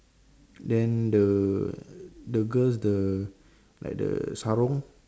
then the the girl the like the sarong